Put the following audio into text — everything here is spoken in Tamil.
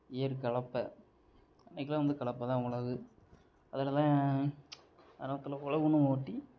ஏர் கலப்பை அன்றைக்கிலாம் வந்து கலப்பை தான் உழவு அதில் தான் ஆரம்பத்தில் உழவுன்னு ஓட்டி